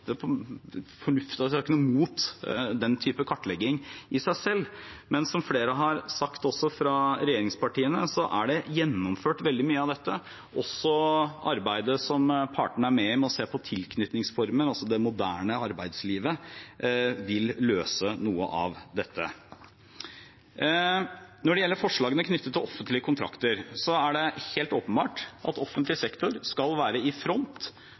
noe imot den type kartlegging i seg selv. Men som flere har sagt, også fra regjeringspartiene, er veldig mye av dette gjennomført, også det arbeidet som partene er med på ved å se på om tilknytningsformer, altså det moderne arbeidslivet, vil løse noe av dette. Når det gjelder forslagene knyttet til offentlige kontrakter, er det helt klart at offentlig sektor skal være i front